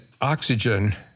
oxygen